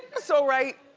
so right,